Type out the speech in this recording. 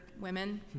women